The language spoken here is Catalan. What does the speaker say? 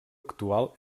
actual